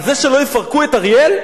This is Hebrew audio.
על זה שלא יפרקו את אריאל,